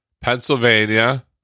Pennsylvania